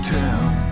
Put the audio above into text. town